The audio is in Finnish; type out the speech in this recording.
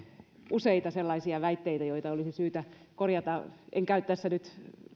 useita sellaisia väitteitä joita olisi syytä korjata en käy tässä nyt